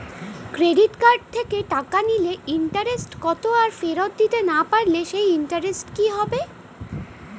Credit card থেকে টাকা নিলে ইন্টারেস্ট কত আর ফেরত দিতে না পারলে সেই ইন্টারেস্ট কি হবে?